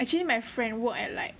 actually my friend work at like